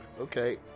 okay